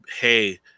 hey